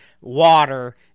Water